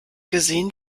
gesehen